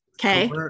Okay